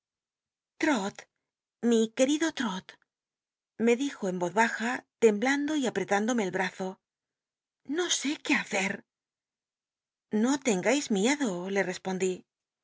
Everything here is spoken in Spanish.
quetido trot me dijo en oz baja temblando y a wetlindomc el brazo no sé jué hacer no tcngais miedo e tcspondí